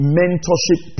mentorship